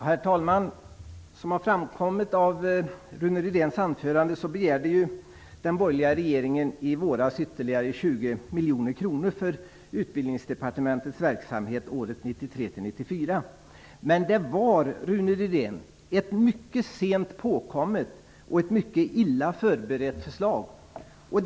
Herr talman! Som har framkommit av Rune Rydéns anförande begärde den borgerliga regeringen i våras ytterligare 20 miljoner kronor för Utbildningsdepartementets verksamhet budgetåret 1993/94. Det var ett mycket sent påkommet och mycket illa förberett förslag, Rune Rydén.